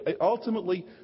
ultimately